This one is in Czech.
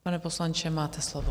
Pane poslanče, máte slovo.